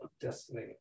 Destiny